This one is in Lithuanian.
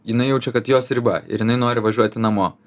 jinai jaučia kad jos riba ir jinai nori važiuoti namo